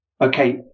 okay